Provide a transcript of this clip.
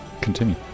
Continue